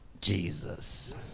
Jesus